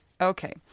Okay